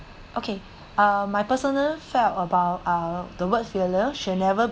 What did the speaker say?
okay uh my personal felt about uh the words failure should never